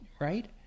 right